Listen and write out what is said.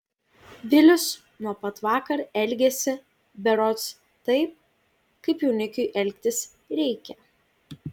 vilius nuo pat vakar elgiasi berods taip kaip jaunikiui elgtis reikia